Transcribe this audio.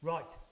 Right